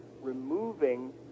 removing